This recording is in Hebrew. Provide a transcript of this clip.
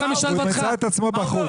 הוא ימצא את עצמו בחוץ.